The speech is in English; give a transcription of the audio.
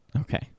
Okay